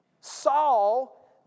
Saul